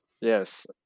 Yes